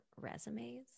resumes